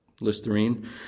Listerine